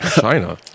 China